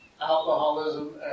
alcoholism